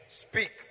Speak